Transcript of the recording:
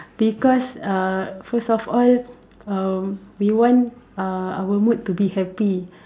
because uh first of all um we want um our mood to be happy